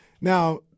now